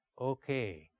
Okay